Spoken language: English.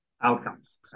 outcomes